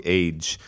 age